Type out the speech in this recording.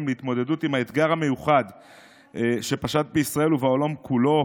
להתמודדות עם האתגר המיוחד שפשט בישראל ובעולם כולו,